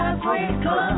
Africa